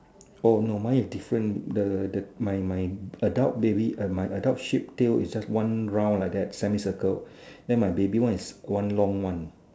oh no mine is different the the my my adult baby my adult sheep tail is just one round like that semi circle then my baby one is one long one